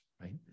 right